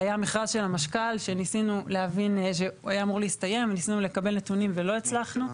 היה מכרז של החשכ"ל שניסינו לקבל נתונים ולא הצלחנו.